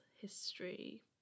history